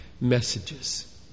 messages